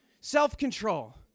Self-control